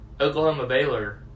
Oklahoma-Baylor